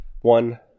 One